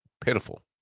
Pitiful